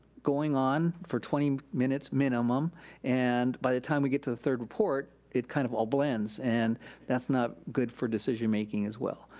going on for twenty minutes minimum and by the time we get to the third report it kind of all blends. and that's not good for decision-making as well.